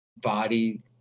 body